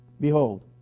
Behold